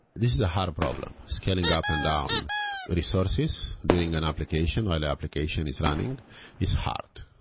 this is a hard problem, scaling up and down resources during an application like application is running is hard.